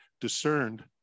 discerned